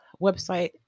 website